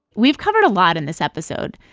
we've covered a lot in this episode.